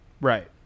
Right